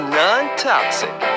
non-toxic